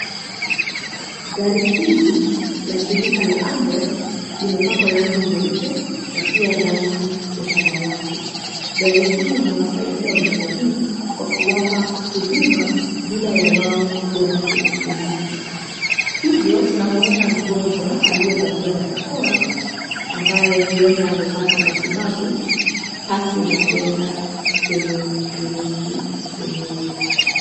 Gari hili la shirika la Amref limepakwa rangi nyeupe na pia rangi ya samawati. Gari hili linasaidia jamii kwa kuwapa huduma bila ya wao kuenda kwenye kliniki. Hivyo, tunamwona mgonjwa aliyevalia barakoa ambaye huenda amepata matibabu, pasi na kuenda kwenye kliniki yenyewe.